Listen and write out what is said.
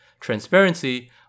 transparency